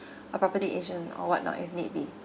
a property agent or what not if need be